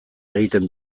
egiten